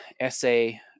essay